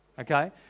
okay